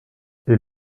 est